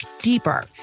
deeper